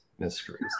mysteries